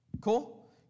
Cool